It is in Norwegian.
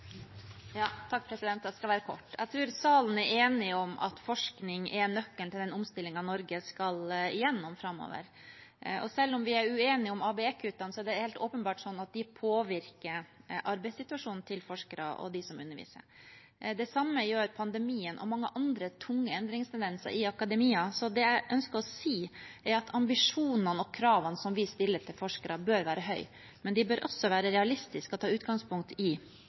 skal være kort. Jeg tror salen er enig om at forskning er nøkkelen til den omstillingen Norge skal gjennom framover. Selv om vi er uenige om ABE-kuttene, er det helt åpenbart sånn at de påvirker arbeidssituasjonen til forskere og dem som underviser. Det samme gjør pandemien og mange andre tunge endringstendenser i akademia, så det jeg ønsker å si, er at ambisjonene og kravene som vi stiller til forskere, bør være høye, men de bør også være realistiske og ta utgangspunkt i